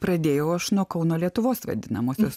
pradėjau aš nuo kauno lietuvos vadinamosios